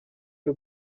y’u